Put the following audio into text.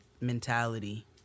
mentality